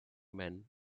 men